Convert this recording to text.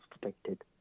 detected